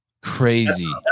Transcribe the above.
Crazy